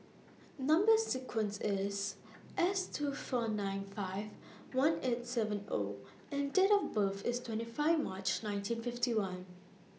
Number sequence IS S two four nine five one eight seven O and Date of birth IS twenty five March nineteen fifty one